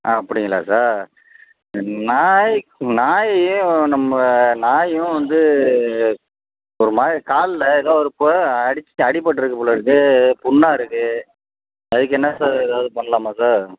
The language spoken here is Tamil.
அப்படிங்களா சார் நாய் நாய் நம்ம நாயும் வந்து ஒரு மாதிரி காலில் ஏதோ ஒரு இப்போ அடிச் அடிப்பட்டுருக்கு போல் இருக்குது புண்ணாக இருக்குது அதுக்கு என்ன சார் ஏதாவது பண்ணலாமா சார்